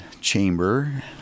chamber